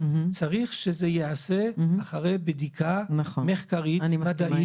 צריך שזה ייעשה אחרי בדיקה מחקרית מדעית מבוססת.